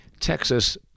Texas